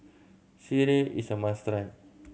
sireh is a must try